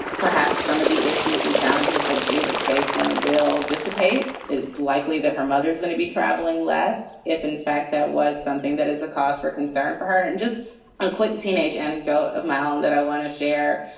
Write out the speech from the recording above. perhaps some of the issues and challenges that she was facing will dissipate. it's likely that her mother's going to be travelling less if in fact that was something that is a cause for concern for her and just a quick teenage anecdote of my own that i want to share.